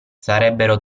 sarebbero